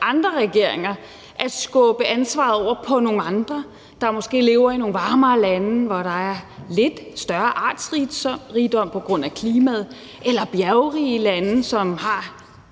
andre regeringer at skubbe ansvaret over på nogle andre, der måske lever i nogle varmere lande, hvor der er lidt større artsrigdom på grund af klimaet, eller i bjergrige lande, som har